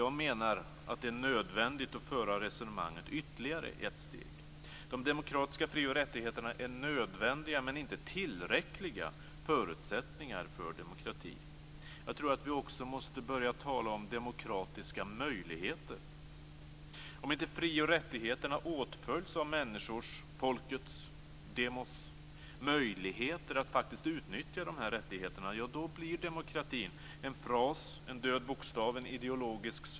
Jag menar att det är nödvändigt att föra resonemanget ytterligare ett steg. Jag tror att vi också måste börja tala om demokratiska möjligheter.